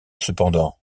cependant